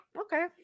okay